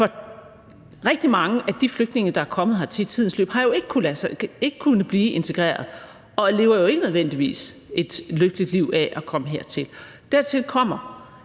For rigtig mange af de flygtninge, der er kommet hertil i tidens løb, har jo ikke kunnet blive integreret og lever jo ikke nødvendigvis et lykkeligt liv af at komme hertil. Dertil kommer,